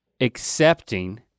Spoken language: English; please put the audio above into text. accepting